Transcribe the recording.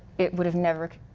it would have never,